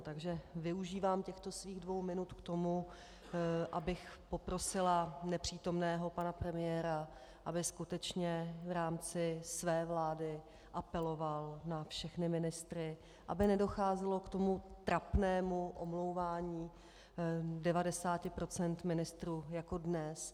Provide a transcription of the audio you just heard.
Takže využívám těchto svých dvou minut k tomu, abych poprosila nepřítomného pana premiéra, aby skutečně v rámci své vlády apeloval na všechny ministry, aby nedocházelo k tomu trapnému omlouvání 90 % ministrů jako dnes.